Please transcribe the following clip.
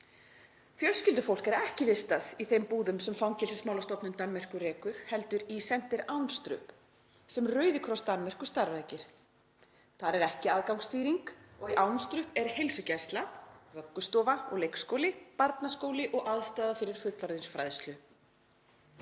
Fjölskyldufólk er ekki vistað í þeim búðum sem fangelsismálastofnun Danmerkur rekur heldur í Center Avnstrup sem Rauði kross Danmerkur starfrækir. Þar er ekki aðgangsstýring og í Avnstrup er heilsugæsla, vöggustofa og leikskóli, barnaskóli og aðstaða fyrir fullorðinsfræðslu.